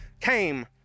came